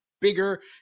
bigger